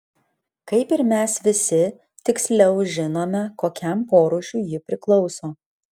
kaip ir mes visi tiksliau žinome kokiam porūšiui ji priklauso